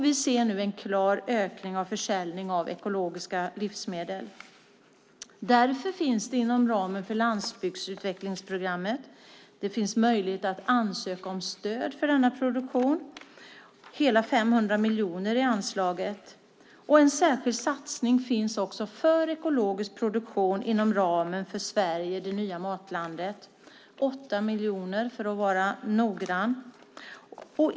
Vi ser nu en klar ökning av försäljning av ekologiska livsmedel. Därför finns det inom ramen för landsbygdsutvecklingsprogrammet möjlighet att ansöka om stöd för denna produktion. Anslaget är på hela 500 miljoner. En särskild satsning finns också för ekologisk produktion inom ramen för "Sverige - det nya matlandet". Det är 8 miljoner för att vara noggrann.